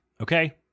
okay